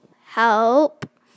help